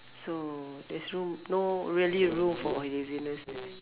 so there's room no really room for laziness